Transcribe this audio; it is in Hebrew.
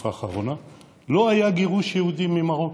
בתקופה האחרונה: לא היה גירוש יהודים ממרוקו,